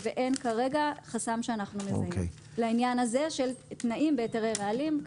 כרגע אין חסם שאנחנו מזהים לעניין הזה של תנאים והיתרי רעלים.